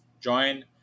join